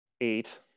eight